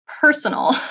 personal